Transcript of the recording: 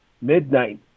midnight